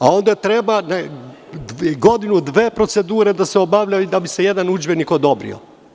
Ovde treba godinu ili dve procedure da se obavljaju da bi se jedan udžbenik odobrio.